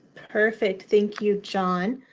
perfect. thank you, john.